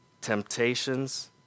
temptations